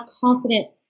confident